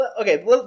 Okay